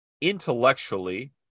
intellectually